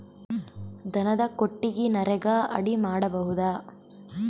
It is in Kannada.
ದನದ ಕೊಟ್ಟಿಗಿ ನರೆಗಾ ಅಡಿ ಮಾಡಬಹುದಾ?